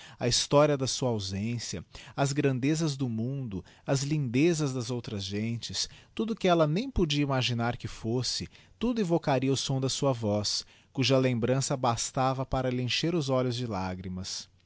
a historia da sua ausência as grandezas do mundo as lindezas das outras gentes tudo o que ella nem podia imaginar que fosse tudo evocaria o som da sua voz cuja lembrança bastava para lhe encher os olhos de lagrimas